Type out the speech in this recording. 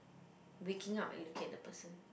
waking up and looking at the person